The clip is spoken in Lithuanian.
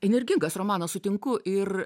energingas romanas sutinku ir